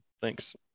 thanks